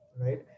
right